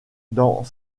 dans